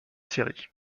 série